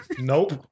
Nope